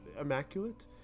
immaculate